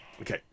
Okay